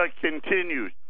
continues